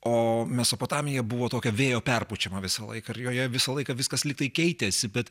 o mesopotamija buvo tokia vėjo perpučiama visą laiką ir joje visą laiką viskas lyg tai keitėsi bet